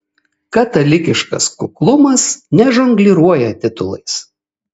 katalikiškas kuklumas nežongliruoja titulais